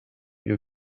you